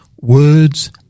words